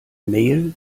mail